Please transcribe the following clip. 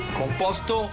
composto